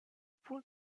point